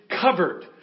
covered